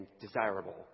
desirable